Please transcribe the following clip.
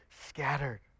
scattered